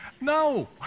No